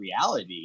reality